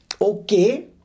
okay